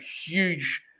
huge